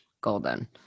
golden